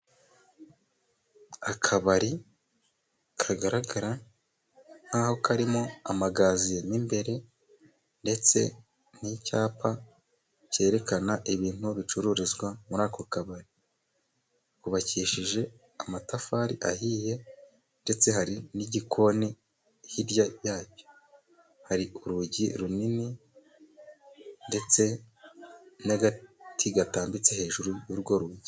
Akabari kagaragara nk'aho karimo amagaziye, mu imbere ndetse n'icyapa cyerekana ibintu bicururizwa muri ako kabari. Hubakishije amatafari ahiye, ndetse hari n'igikoni, hirya yacyo. Hari urugi runini, ndetse n'agati gatambitse, hejuru y'urwo rugi.